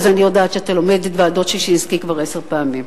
אז אני יודעת שאתה לומד את ועדת-ששינסקי כבר עשר פעמים.